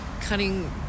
cutting